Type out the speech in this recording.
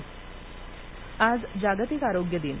जागतिक आरोग्य दिन आज जागतिक आरोग्य दिन